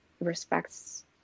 respects